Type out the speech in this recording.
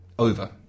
over